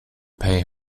pay